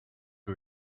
who